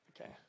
okay